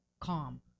calm